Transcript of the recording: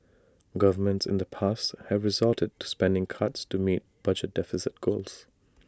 governments in the past have resorted to spending cuts to meet budget deficit goals